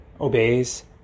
obeys